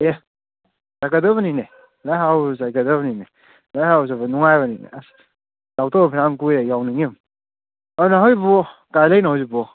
ꯑꯦ ꯂꯥꯛꯀꯗꯧꯕꯅꯤꯅꯦ ꯂꯥꯏ ꯍꯔꯥꯎꯕꯁꯨ ꯆꯠꯀꯗꯝꯅꯤꯅꯦ ꯂꯥꯏ ꯍꯔꯥꯎꯕ ꯆꯠꯄꯁꯨ ꯅꯨꯡꯉꯥꯏꯕꯅꯤꯅꯦ ꯑꯁ ꯌꯥꯎꯗꯕ ꯐꯅꯥꯝ ꯀꯨꯏꯔꯦ ꯌꯥꯎꯅꯤꯡꯉꯤ ꯑꯗꯣ ꯅꯣꯏꯕꯨ ꯀꯥꯏꯗ ꯂꯩꯔꯤꯅꯣ ꯍꯧꯖꯤꯛꯄꯨ